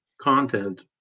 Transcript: content